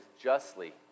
justly